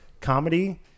comedy